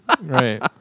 Right